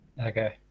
okay